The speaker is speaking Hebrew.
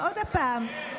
עוד פעם,